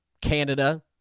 Canada